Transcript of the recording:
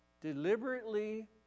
deliberately